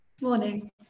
Morning